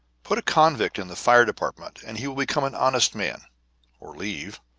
put a convict in the fire department and he will become an honest man or leave.